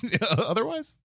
otherwise